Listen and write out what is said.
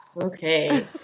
Okay